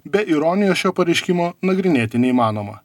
be ironijos šio pareiškimo nagrinėti neįmanoma